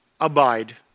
abide